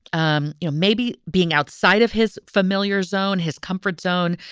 um you know, maybe being outside of his familiar zone, his comfort zone,